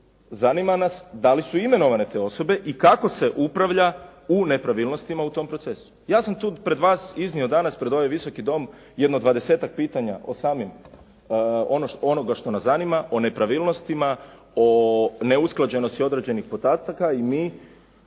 Zanima nas da li su imenovane te osobe i kako se upravlja u nepravilnostima u tom procesu. Ja sam tu pred vas iznio danas pred ovaj Visoki dom jedno dvadesetak pitanja o samim onoga što nas zanima, i nepravilnostima, o neusklađenosti određenih podataka i mi